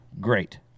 Great